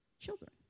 children